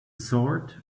sword